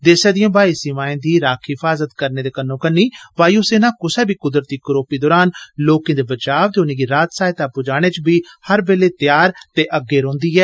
दैसे दियें ब्हाई सीमाएं दी राखी हिफाजत करने दे कन्नो कन्नी वायू सेना कुसै बी क्दरती करोपी दरान लोकें दे बचाव ते उनेंगी राहत सहायता प्जाने च बी हर बेल्ले त्यार ते अग्गे रौंहदी ऐ